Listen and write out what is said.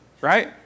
right